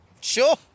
Sure